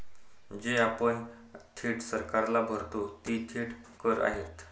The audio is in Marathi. जे आपण थेट सरकारला भरतो ते थेट कर आहेत